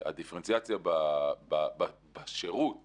הדיפרנציאציה בשירות